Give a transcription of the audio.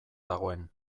dagoen